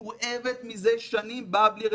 מורעבת מזה שנים ובאה בלי רזרבות.